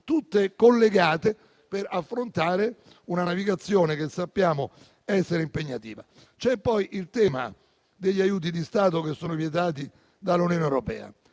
tutte collegate per affrontare una navigazione che sappiamo essere impegnativa. C'è poi il tema degli aiuti di Stato che sono vietati dall'Unione europea.